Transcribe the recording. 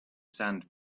sand